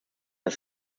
das